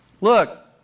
Look